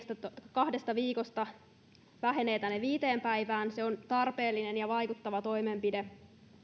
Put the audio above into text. kahdesta viikosta vähenee tänne viiteen päivään se on tarpeellinen ja vaikuttava toimenpide